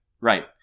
Right